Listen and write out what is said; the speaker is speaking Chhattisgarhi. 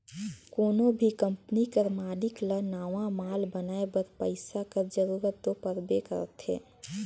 कोनो भी कंपनी कर मालिक ल नावा माल बनाए बर पइसा कर जरूरत दो परबे करथे